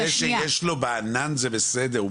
זה שיש לו בענן זה בסדר.